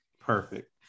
Perfect